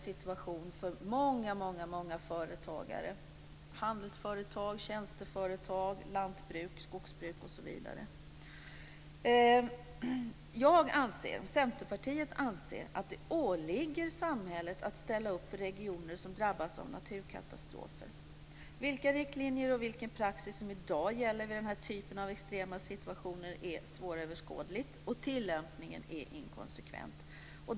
Situationen är osäker för många företagare: Jag och Centerpartiet anser att det åligger samhället att ställa upp för regioner som drabbas av naturkatastrofer. Vilka riktlinjer och vilken praxis som i dag gäller vid denna typ av extrema situationer är svåröverskådligt, och tillämpningen är inkonsekvent.